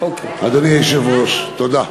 אדוני היושב-ראש, תודה.